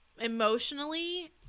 emotionally